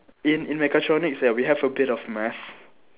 in in mechatronics eh we have a bit of math